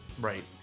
Right